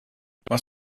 was